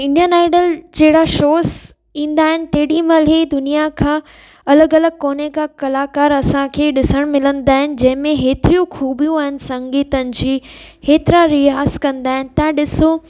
Indian Idol जहिड़ा shows ईंदा आहिनि तेॾीमहिल हीअ दुनिया खां अलॻि अलॻि कोने खां कलाकार असांखे ॾिसण मिलंदा आहिनि जंहिंमें एतिरियूं खूबियूं आहिनि संगीतनि जी एतिरा रिआज़ कंदा आहिनि तव्हां ॾिसो